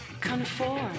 Conform